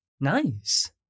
Nice